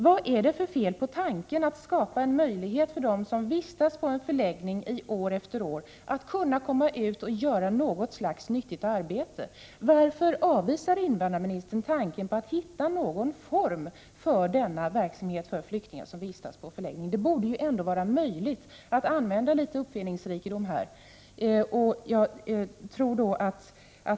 Vad är det för fel på tanken att skapa en möjlighet för dem som vistas på en förläggning år efter år att komma ut och göra något slags nyttigt arbete? Varför avvisar invandrarministern tanken att hitta någon form för denna verksamhet för flyktingar som vistas på förläggning? Det borde ändå vara möjligt att använda litet uppfinningsrikedom här.